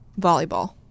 volleyball